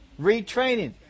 Retraining